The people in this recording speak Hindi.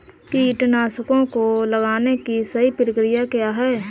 कीटनाशकों को लगाने की सही प्रक्रिया क्या है?